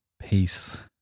Peace